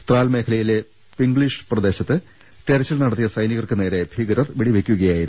ത്രാൽ മേഖലയിലെ പിംഗ്ലീഷ് പ്രദേശത്ത് തെരച്ചിൽ നടത്തിയ സൈനികർക്ക് നേരെ ഭീകരർ വെടിവെക്കുകയായിരുന്നു